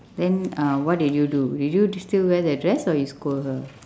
then uh what did you do did you still wear the dress or you scold her